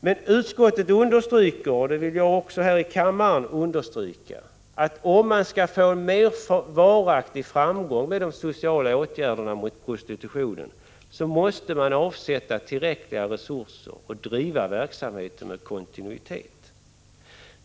Men utskottet understryker, och det vill jag här i kammaren också göra, att om man skall få en mer varaktig framgång med de sociala åtgärderna mot prostitutionen måste man avsätta tillräckliga resurser och driva verksamheten med kontinuitet.